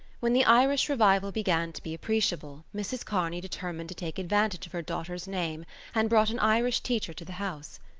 when the irish revival began to be appreciable mrs. kearney determined to take advantage of her daughter's name and brought an irish teacher to the house.